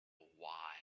why